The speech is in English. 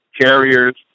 carriers